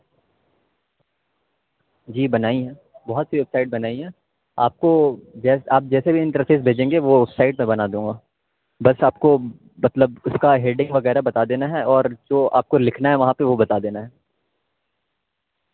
جی بنائی ہے بہت سی ویب سائٹ بنائی ہے آپ کو جیسا آپ جیسے بھی انٹرسیز بھیجیں گے وہ اس سائٹ میں بنا دوں گا بس آپ کو مطلب اس کا ہیڈنگ وغیرہ بتا دینا ہے اور جو آپ کو لکھنا ہے وہاں پہ وہ بتا دینا ہے